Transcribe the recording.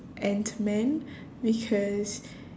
ant man because